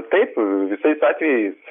taip visais atvejais